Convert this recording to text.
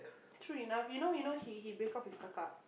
true enough you know you know he he break off with kaka